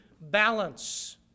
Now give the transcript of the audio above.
balance